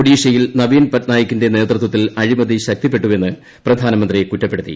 ഒഡീഷയിൽ നവീൻ പട്നായിക്കിന്റെ നേതൃത്വത്തിൽ അഴിമതി ശക്തിപ്പെട്ടുവെന്ന് പ്രധാനമന്ത്രി കുറ്റപ്പെടുത്തി